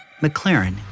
McLaren